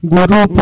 Guru